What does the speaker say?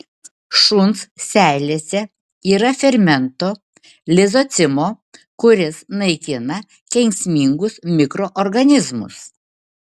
šuns seilėse yra fermento lizocimo kuris naikina kenksmingus mikroorganizmus